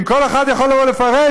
אם כל אחד יכול לבוא ולפרש,